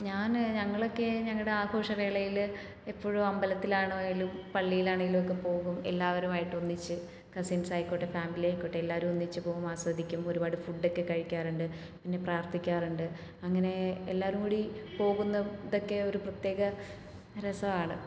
ഞാൻ ഞങ്ങളൊക്കെ ഞങ്ങളുടെ ആഘോഷ വേളയിൽ എപ്പോഴും അമ്പലത്തിലാണെങ്കിലും പള്ളിയിലാണെങ്കിലും ഒക്കെ പോവും എല്ലാവരുമായിട്ട് ഒന്നിച്ച് കസിൻസ് ആയിക്കോട്ടെ ഫാമിലി ആയിക്കോട്ടെ എല്ലാവരും ഒന്നിച്ച് പോവും ആസ്വദിക്കും ഒരുപാട് ഫുഡ് ഒക്കെ കഴിക്കാറുണ്ട് പിന്നെ പ്രാർത്ഥിക്കാറുണ്ട് അങ്ങനെ എല്ലാവരും കൂടി പോകുന്ന ഇതൊക്കെ ഒരു പ്രത്യേക രസമാണ്